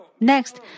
Next